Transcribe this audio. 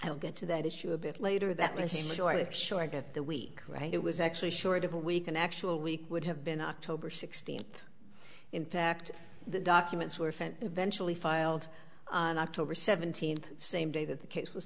i'll get to that issue a bit later that was a majority sure i get the week right it was actually short of a week an actual week would have been october sixteenth in fact the documents were eventually filed on october seventeenth same day that the case was